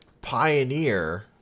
Pioneer